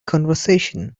conversation